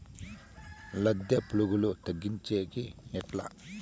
లద్దె పులుగులు తగ్గించేకి ఎట్లా?